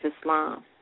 Islam